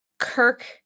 Kirk